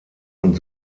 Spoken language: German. und